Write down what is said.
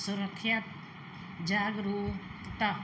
ਸੁਰੱਖਿਆ ਜਾਗਰੂਕਤਾ